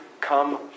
come